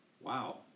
Wow